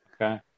Okay